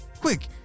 Quick